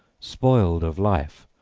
spoiled of life,